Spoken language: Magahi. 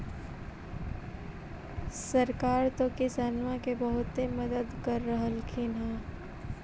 सरकार तो किसानमा के बहुते मदद कर रहल्खिन ह?